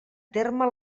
terme